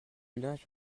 linge